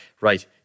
right